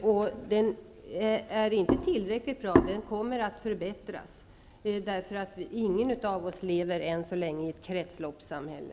Den är dock inte tillräckligt bra, och den kommer att förbättras, eftersom ingen av oss än så länge lever i ett kretsloppssamhälle.